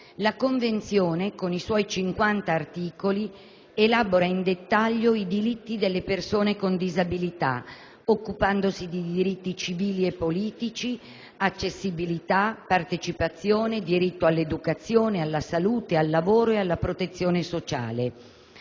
La Convenzione, con i suoi 50 articoli, elabora in dettaglio i diritti delle persone con disabilità, occupandosi di diritti civili e politici, accessibilità, partecipazione, diritto all'educazione, alla salute, al lavoro e alla protezione sociale;